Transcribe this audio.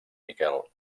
miquel